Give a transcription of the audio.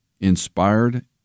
inspired